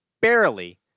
barely